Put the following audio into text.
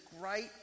great